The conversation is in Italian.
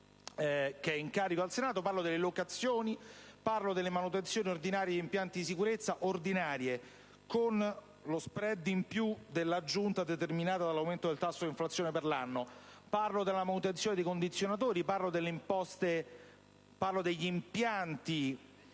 che è in carico al Senato, delle locazioni, delle manutenzioni ordinarie agli impianti di sicurezza (con lo *spread* in più dell'aggiunta determinata dall'aumento del tasso d'inflazione per l'anno), della manutenzione per condizionatori, delle imposte, degli impianti